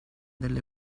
delle